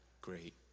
great